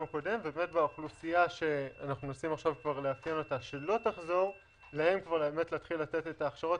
לאוכלוסייה שלא תחזור נתחיל לתת את ההכשרות